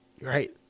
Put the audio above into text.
right